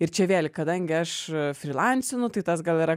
ir čia vėli kadangi aš frilancinu tai tas gal yra